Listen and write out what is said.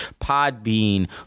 Podbean